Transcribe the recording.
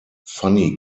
funny